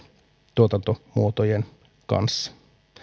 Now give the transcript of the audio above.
tuotantomuotojen kanssa